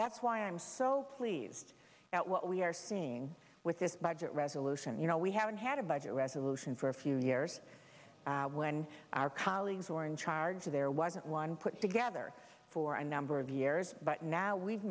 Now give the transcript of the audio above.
that's why i'm so pleased that what we're seeing with this budget resolution you know we haven't had a budget resolution for a few years when our colleagues were in charge there wasn't one put together for a number of years but now we've